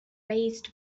raised